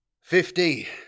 Fifty